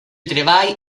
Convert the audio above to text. treball